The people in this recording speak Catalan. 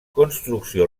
construcció